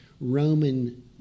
Roman